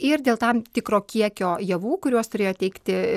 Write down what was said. ir dėl tam tikro kiekio javų kuriuos turėjo teikti